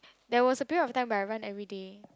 there was a period of time where I run everyday